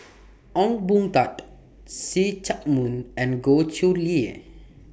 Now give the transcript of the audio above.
Ong Boon Tat See Chak Mun and Goh Chiew Lye